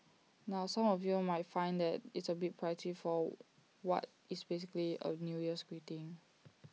now some of you might find that A bit pricey for what is basically A new year's greeting